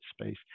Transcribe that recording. space